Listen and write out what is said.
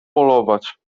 polować